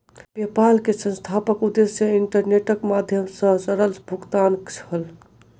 PayPal के संस्थापकक उद्देश्य इंटरनेटक माध्यम सॅ सरल भुगतान छल